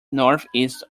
northeast